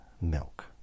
Milk